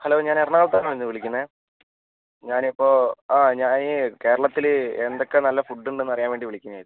hello ഞാൻ എറണാകുളത്തു നിന്നാണ് ഇന്ന് വിളിക്കുന്നത് ഞാൻ ഇപ്പോൾ ആ ഞാൻ ഈ കേരളത്തിൽ എന്തൊക്കെ നല്ല ഫുഡ്ഡുണ്ടെന്ന് അറിയാൻ വേണ്ടി വിളിക്കുന്നതായിരുന്നു